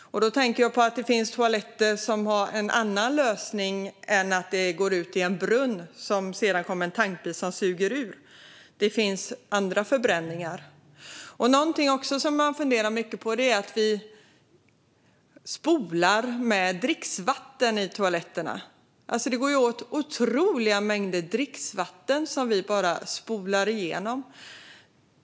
Då tänker jag på att det finns toaletter som har en annan lösning än att avloppet går ut i en brunn som det sedan kommer en tankbil och suger ur. Det finns andra förbränningar. Någonting som man funderar mycket på är att vi spolar med dricksvatten i toaletterna. Det går åt otroliga mängder dricksvatten som vi bara spolar igenom.